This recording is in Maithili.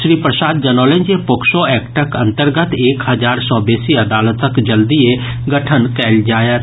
श्री प्रसाद जनौलनि जे पोक्सो एक्टक अंतर्गत एक हजार सँ बेसी अदालतक जल्दीए गठन कयल जायत